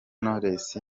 knowless